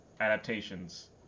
adaptations